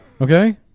okay